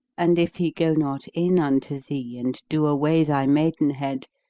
and if he go not in unto thee and do away thy maidenhead,